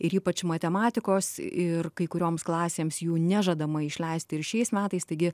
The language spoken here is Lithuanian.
ir ypač matematikos ir kai kurioms klasėms jų nežadama išleisti ir šiais metais taigi